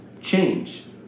change